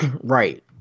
Right